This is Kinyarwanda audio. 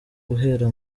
guhera